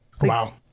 Wow